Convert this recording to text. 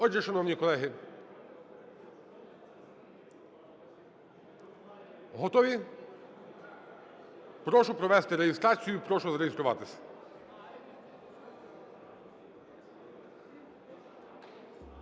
Отже, шановні колеги, готові? Прошу провести реєстрацію, прошу зареєструватись.